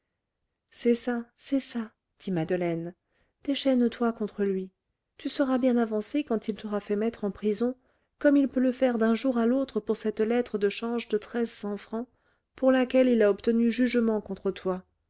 c'est ça c'est ça dit madeleine déchaîne toi contre lui tu seras bien avancé quand il t'aura fait mettre en prison comme il peut le faire d'un jour à l'autre pour cette lettre de change de treize cents francs pour laquelle il a obtenu jugement contre toi